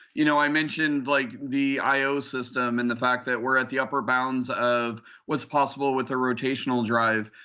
you know i mentioned like the io system and the fact that we're at the upper bounds of what's possible with a rotational drive.